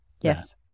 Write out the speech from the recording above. Yes